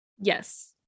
yes